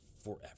forever